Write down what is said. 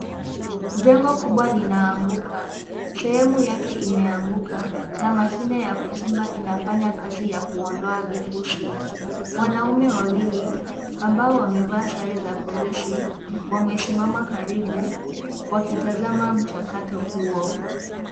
Jengo kubwa linaanguka, sehemu yake imeanguka, na mashine ya kuchimba inafanya kazi ya kuondoa vifusi, wanaume wawili, ambao wamevaa sare za polisi, wamesimama karibu, wakitazama mchakato huo.